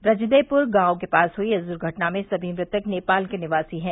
रजदेपुर गांव के पास हुई इस दुर्घटना में समी मृतक नेपाल के निवासी है